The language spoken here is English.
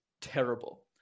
Terrible